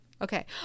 Okay